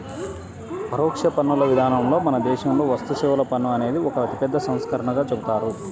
పరోక్ష పన్నుల విధానంలో మన దేశంలో వస్తుసేవల పన్ను అనేది ఒక అతిపెద్ద సంస్కరణగా చెబుతారు